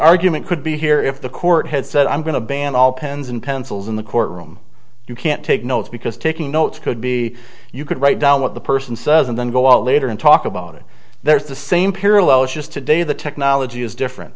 argument could be here if the court had said i'm going to ban all pens and pencils in the courtroom you can't take notes because taking notes could be you could write down what the person says and then go out later and talk about it there's the same parallels just today the technology is different